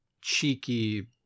cheeky